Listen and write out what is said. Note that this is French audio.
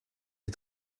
les